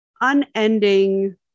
unending